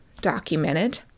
documented